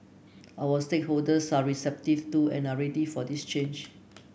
our stakeholders are receptive to and are ready for this change